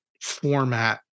format